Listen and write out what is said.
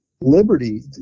Liberty